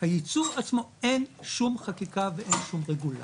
הייצור עצמו, אין שום חקיקה ואין שום רגולציה,